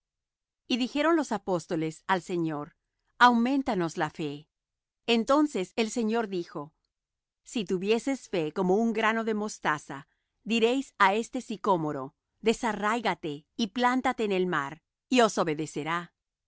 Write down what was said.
y dijeron los apóstoles al señor auméntanos la fe entonces el señor dijo si tuvieseis fe como un grano de mostaza diréis á este sicómoro desarráigate y plántate en el mar y os obedecerá